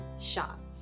shots